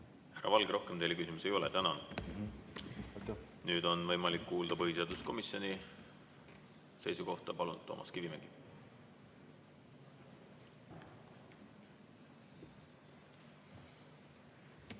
Härra Valge! Rohkem teile küsimusi ei ole. Tänan! Nüüd on võimalik kuulda põhiseaduskomisjoni seisukohta. Palun, Toomas Kivimägi!